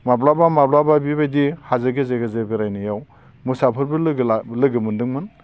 माब्लाबा माब्लाबा बेबायदि हाजो गेजेर गेजेर बेरायनायाव मोसाफोरबो लोगो मोन्दोंमोन